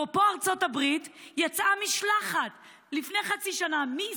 אני מחזיקה פה אצלי לפחות חמישה,